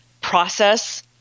process